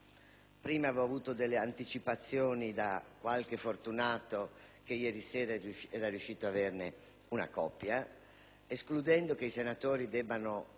prima avevo avuto solo delle anticipazioni da parte di qualche fortunato che ieri sera era riuscito ad averne una copia. Ora, escludendo che i senatori debbano